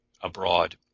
abroad